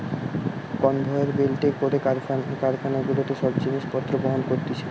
conveyor বেল্টে করে কারখানা গুলাতে সব জিনিস পত্র বহন করতিছে